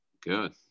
Good